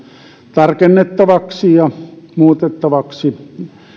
tarkennettaviksi ja muutettaviksi